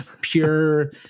pure